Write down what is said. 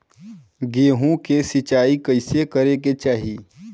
गेहूँ के सिंचाई कइसे करे के चाही?